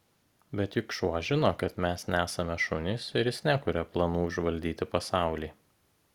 bet juk šuo žino kad mes nesame šunys ir jis nekuria planų užvaldyti pasaulį